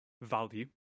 value